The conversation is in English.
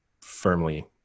firmly